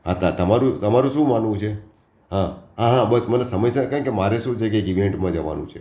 હા તમારું તમારું શું માનવું છે હા હા હા બસ મને સમયસાર કારણ કે મારે શું છે કે એક ઇવેન્ટમાં જવાનું છે